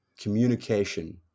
communication